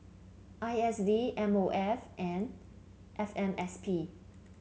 I S D M O F and F M S P